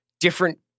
different